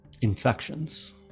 infections